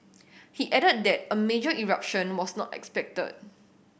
he added that a major eruption was not expected